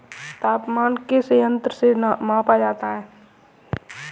तापमान किस यंत्र से मापा जाता है?